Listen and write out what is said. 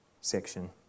section